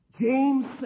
James